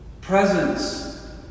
Presence